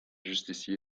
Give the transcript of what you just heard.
justiciers